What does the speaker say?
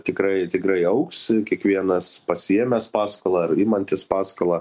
tikrai tikrai augs kiekvienas pasiėmęs paskolą ar imantys paskolą